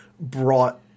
brought